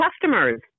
customers